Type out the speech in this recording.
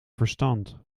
verstand